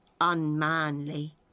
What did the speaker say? unmanly